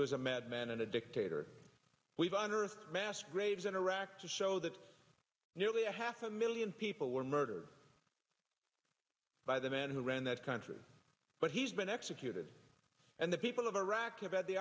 was a madman and a dictator we've on earth vast graves interact to show that nearly a half a million people were murdered by the man who ran that country but he's been executed and the people of iraq of at the